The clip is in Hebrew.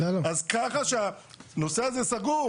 אז ככה שהנושא הזה סגור.